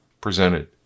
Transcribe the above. presented